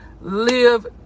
live